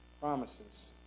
promises